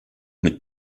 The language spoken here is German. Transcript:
mit